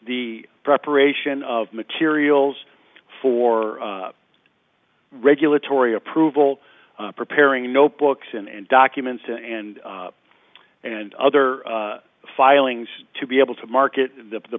the preparation of materials for regulatory approval preparing notebooks and documents and and other filings to be able to market the